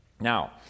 Now